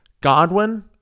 Godwin